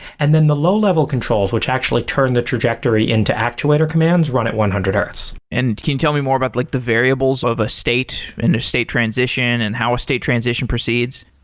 and then the low-level controls, which actually turn the trajectory into actuator commands run at one hundred hertz and can you tell me more about like the variables of a state in a state transition and how a state transition proceeds?